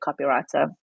copywriter